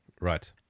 Right